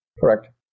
Correct